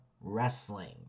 wrestling